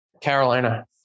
Carolina